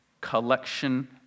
collection